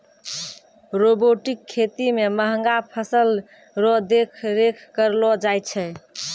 robotic खेती मे महंगा फसल रो देख रेख करलो जाय छै